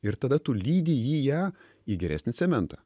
ir tada tu lydi jį ją į geresnį cementą